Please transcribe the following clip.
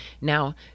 Now